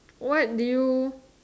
what do you